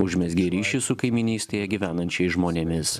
užmezgė ryšį su kaimynystėje gyvenančiais žmonėmis